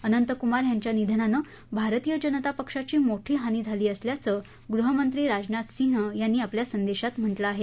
अनंतकुमार यांच्या निधनानं भारतीय जनता पक्षाची मोठी हानी झाली असल्याचं ग्रहमंत्री राजनाथ सिंह यांनी आपल्या संदेशात म्हटलं आहे